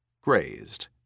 grazed